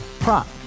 Prop